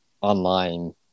online